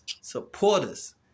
supporters